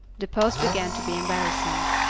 the pause began to be embarrassing.